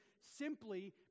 simply